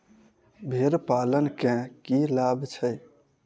भेड़ पालन केँ की लाभ छै?